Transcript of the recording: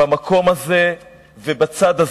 במקום הזה ובצד הזה.